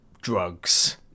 drugs